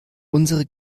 unsere